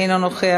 אינו נוכח,